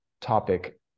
topic